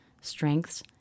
strengths